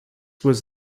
was